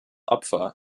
opfer